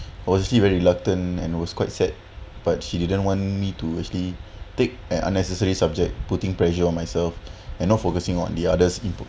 honestly very reluctant and was quite sad but she didn't want me to actually take an unnecessary subject putting pressure on myself and not focusing on the other's input